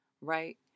right